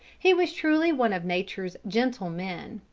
he was truly one of nature's gentle men.